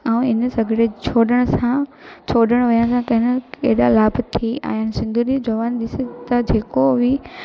ऐं इन सॻिड़े छोड़ण सां छोड़णु विया सां कहिंजा केॾा लाभ थी आहियां आहिनि सुंदरी ॾिसी त जेको बि